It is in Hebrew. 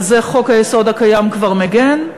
על זה חוק-היסוד הקיים כבר מגן,